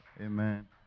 Amen